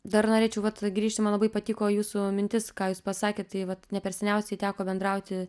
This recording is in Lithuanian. dar norėčiau vat grįžtume labai patiko jūsų mintis ką jūs pasakėt tai vat ne per seniausiai teko bendrauti